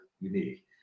unique